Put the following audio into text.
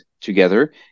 together